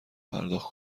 پرداخت